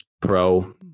Pro